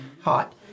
hot